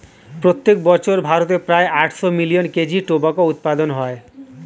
প্রত্যেক বছর ভারতে প্রায় আটশো মিলিয়ন কেজি টোবাকোর উৎপাদন হয়